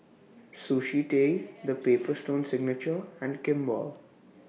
Sushi Tei The Paper Stone Signature and Kimball